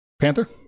Panther